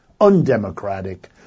undemocratic